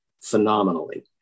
phenomenally